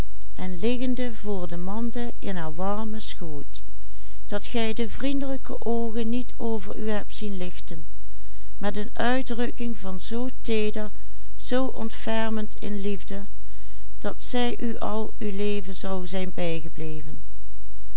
haar warmen schoot dat gij de vriendelijke oogen niet over u hebt zien lichten met een uitdrukking van zoo teeder zoo ontfermend een liefde dat zij u al uw leven zou zijn bijgebleven